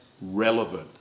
relevant